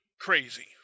Crazy